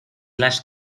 las